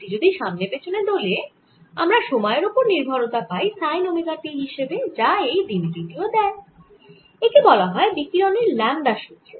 এটি যদি সামনে পেছনে দোলে আমরা সময়ের ওপরে নির্ভরতা পাই সাইন ওমেগা t হিসেবে যা এই দ্বিমেরু টি ও দেয় একে বলা হয় বিকিরণের ল্যামডা সুত্র